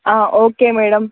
okay madam